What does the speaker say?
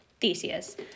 Theseus